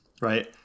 right